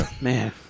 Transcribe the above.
Man